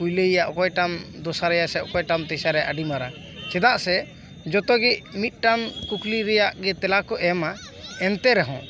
ᱯᱩᱭᱞᱳᱭ ᱮᱭᱟ ᱚᱠᱚᱭ ᱴᱟᱜ ᱮᱢ ᱫᱚᱥᱟᱨᱮᱭᱟ ᱥᱮ ᱚᱠᱚᱭ ᱴᱟᱜ ᱮᱢ ᱛᱮᱥᱟᱨᱮᱭᱟ ᱟᱹᱰᱤ ᱢᱟᱨᱟᱝ ᱪᱮᱫᱟᱜ ᱥᱮ ᱡᱚᱛᱚ ᱜᱮ ᱢᱤᱫᱴᱟᱝ ᱠᱩᱠᱞᱤ ᱨᱮᱭᱟᱜ ᱜᱮ ᱛᱮᱞᱟ ᱠᱚ ᱮᱢᱟ ᱮᱱᱛᱮ ᱨᱮᱦᱚᱸ